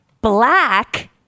black